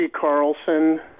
Carlson